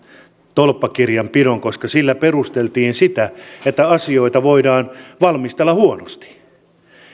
tolppakirjanpidon koska sillä perusteltiin sitä että asioita voidaan valmistella huonosti